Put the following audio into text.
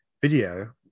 video